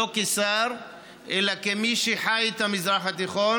לא כשר אלא כמי שחי את המזרח התיכון,